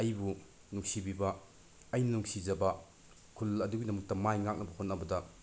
ꯑꯩꯕꯨ ꯅꯨꯡꯁꯤꯕꯤꯕ ꯑꯩꯅ ꯅꯨꯡꯁꯤꯖꯕ ꯈꯨꯜ ꯑꯗꯨꯒꯤꯗꯃꯛꯇ ꯃꯥꯏ ꯉꯥꯛꯅꯕ ꯍꯣꯠꯅꯕꯗ